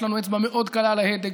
יש לנו אצבע מאוד קלה על ההדק,